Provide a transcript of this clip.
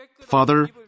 Father